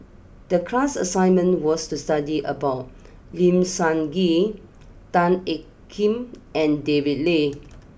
the class assignment was to study about Lim Sun Gee Tan Ean Kiam and David Lee